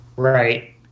Right